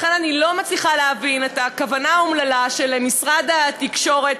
לכן אני לא מצליחה להבין את הכוונה האומללה של משרד התקשורת